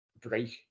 break